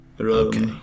Okay